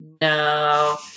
No